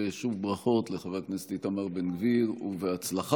ושוב ברכות לחבר הכנסת איתמר בן גביר ובהצלחה.